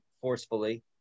forcefully